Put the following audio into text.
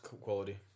quality